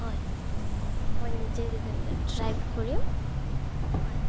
হয় মই নিজে ড্ৰাইভ কৰিম হয়